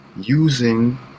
using